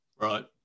Right